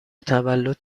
تولد